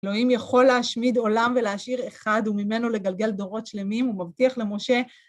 אלוהים יכול להשמיד עולם ולהשאיר אחד וממנו לגלגל דורות שלמים, הוא מבטיח למשה.